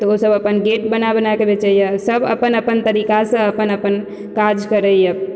तऽ ओ सब अपन गेट बना बना कऽ बेचैया सब अपन अपन तरीकासँ अपन अपन काज करैया